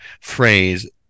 phrase